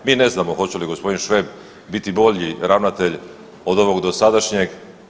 Mi ne znamo hoće li g. Šveb biti bolji ravnatelj od ovog dosadašnjeg.